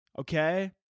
Okay